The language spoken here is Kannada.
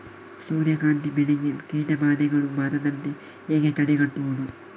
ಸೂರ್ಯಕಾಂತಿ ಬೆಳೆಗೆ ಕೀಟಬಾಧೆಗಳು ಬಾರದಂತೆ ಹೇಗೆ ತಡೆಗಟ್ಟುವುದು?